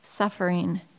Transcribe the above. Suffering